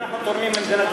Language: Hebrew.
אנחנו תורמים למדינת ישראל.